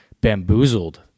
Bamboozled